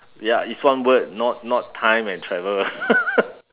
ya it's one word not not time and travel